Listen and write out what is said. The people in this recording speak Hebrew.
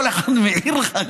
כל אחד מעיר לך.